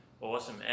Awesome